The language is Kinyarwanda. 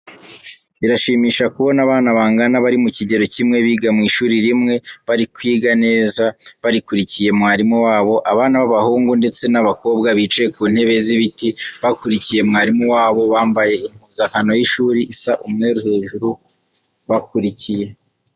Birashimisha kubona abana bangana bari mu kigero kimwe biga mu ishuri rimwe bari kwiga neza, bakurikiye mwarimu wabo. Abana b'abahungu ndetse n'abakobwa bicaye ku ntebe z'ibiti bakurikiye mwarimu wabo, bambaye impuzankano y'ishuri isa umweru hejuru bakurikiye.